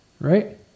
Right